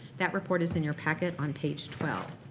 that report is in your packet on page twelve.